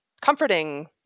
comforting